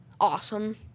awesome